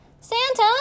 Santa